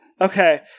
okay